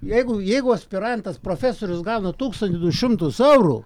jeigu jeigu aspirantas profesorius gauna tūkstantį du šimtus eurų